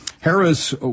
Harris